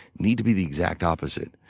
need to be the exact opposite.